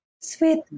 Sweet